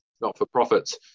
not-for-profits